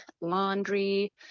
laundry